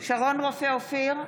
שרון רופא אופיר,